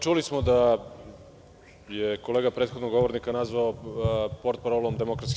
Čuli smo da je kolega prethodnog govornika nazvao portparolom DS.